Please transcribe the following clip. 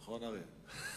נכון, אריה?